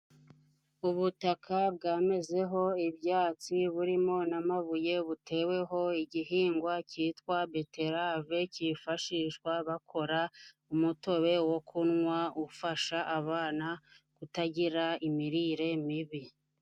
Ubutaka bwamezeho ibyatsi burimo n'amabuye, buteweho igihingwa cyitwa beterave, kifashishwa bakora umutobe wo kunywa, ufasha abana kutagira imirire mibi.